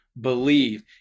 believe